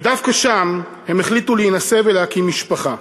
ודווקא שם הם החליטו להינשא ולהקים משפחה.